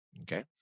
okay